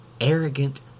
arrogant